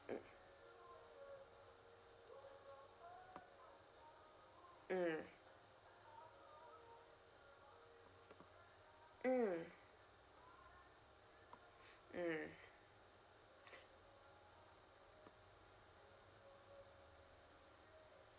mm mm mm mm